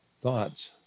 Thoughts